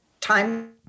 time